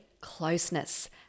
closeness